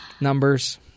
Numbers